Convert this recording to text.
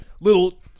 little